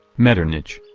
metternich.